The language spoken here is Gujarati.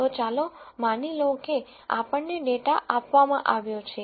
તો ચાલો માની લો કે આપણને ડેટા આપવામાં આવ્યો છે